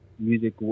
music